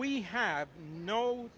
we have no